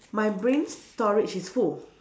my brain storage is full